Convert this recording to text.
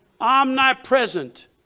omnipresent